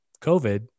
COVID